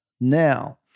now